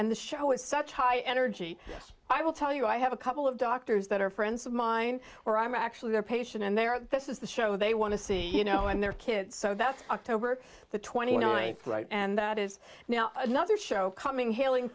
and the show is such high energy i will tell you i have a couple of doctors that are friends of mine where i'm actually their patient and they are this is the show they want to see you know and their kids so that's october the twenty ninth and that is now another show coming hailing